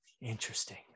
Interesting